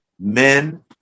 Men